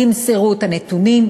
ימסרו את הנתונים,